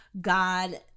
God